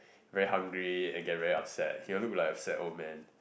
very hungry and can very upset he will look like a siao man